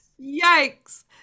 Yikes